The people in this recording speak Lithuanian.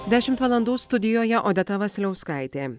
dešimt valandų studijoje odeta vasiliauskaitė